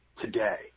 today